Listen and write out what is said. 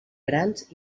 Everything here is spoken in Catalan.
grans